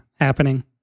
happening